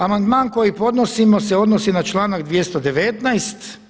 Amandman koji podnosimo se odnosi na članak 219.